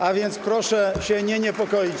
A więc proszę się nie niepokoić.